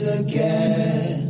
again